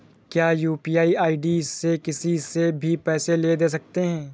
क्या UPI ID से किसी से भी पैसे ले दे सकते हैं?